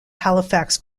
halifax